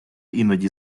іноді